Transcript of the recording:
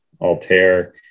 Altair